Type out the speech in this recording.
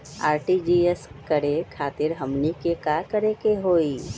RTGS करे खातीर हमनी के का करे के हो ई?